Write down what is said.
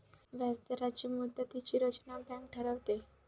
व्याजदरांची मुदतीची रचना बँक ठरवते